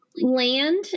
Land